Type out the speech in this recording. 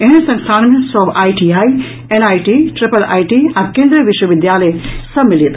एहेन संस्थान मे सभ आईटीआई एनआईटी ट्रिपल आईटी आ केन्द्रीय विश्वविद्यालय सम्मिलित अछि